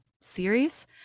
series